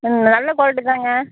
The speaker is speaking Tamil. ம் நல்ல க்வாலிட்டி தாங்க